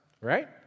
right